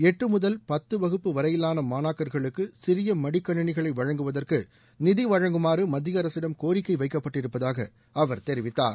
எட்டு முதல் பத்து வகுப்பு வரையிலான மாணாக்கா்களுக்கு சிறிய மடிக்கணினிகளை வழங்குவதற்கு நிதி வழங்குமாறு மத்திய அரசிடம் கோரிக்கை வைக்கப்பட்டிருப்பதாக அவர் தெரிவித்தார்